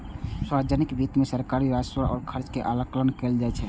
सार्वजनिक वित्त मे सरकारी राजस्व आ खर्च के आकलन कैल जाइ छै